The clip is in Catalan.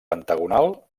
pentagonal